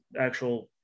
actual